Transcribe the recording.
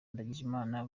ndagijimana